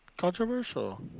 controversial